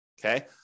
okay